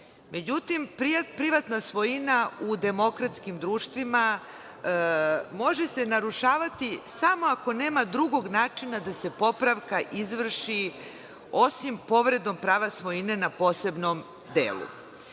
Međutim, privatna svojina u demokratskim društvima može se narušavati samo ako nema drugog načina da se popravka izvrši, osim povredom prava svojine na posebnom